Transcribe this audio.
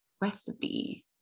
recipe